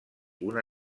una